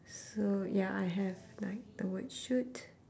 so ya I have like the word shoot